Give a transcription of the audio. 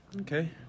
okay